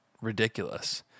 ridiculous